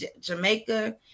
Jamaica